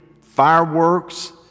fireworks